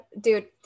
Dude